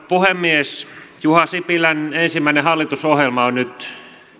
puhemies juha sipilän ensimmäinen hallitusohjelma on nyt